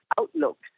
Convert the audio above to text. outlook